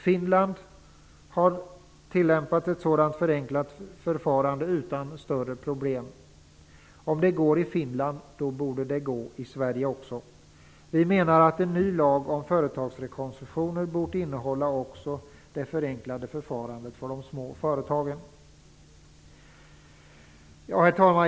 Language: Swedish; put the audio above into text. Finland har tillämpat ett sådant förenklat förfarande utan större problem. Om det går i Finland borde det gå i Sverige också. Vi menar att en ny lag om företagsrekonstruktioner bort innehålla också det förenklade förfarandet för de små företagen.